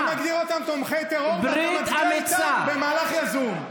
אתה מגדיר אותם תומכי טרור ואתה מצביע איתם במהלך יזום.